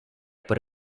but